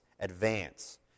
advance